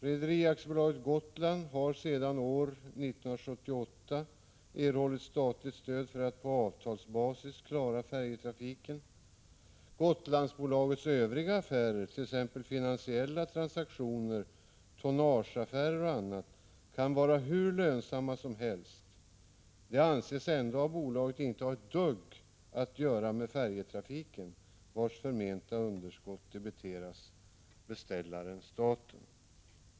Rederi AB Gotland har sedan år 1978 erhållit statligt stöd för att på avtalsbasis klara färjetrafiken. Gotlandsbolagets övriga affärer, t.ex. finansiella transaktioner och tonnageaffärer, kan vara hur lönsamma som helst. Det anses av bolaget inte ha ett dugg att göra med färjetrafiken, vars förmenta underskott debiteras beställaren-staten.